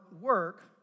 work